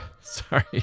Sorry